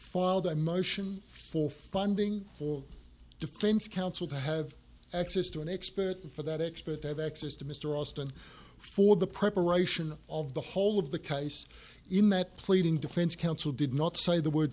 filed a motion for funding for defense counsel to have access to an expert for that expert have access to mr austin for the preparation of the whole of the case in that pleading defense counsel did not say the word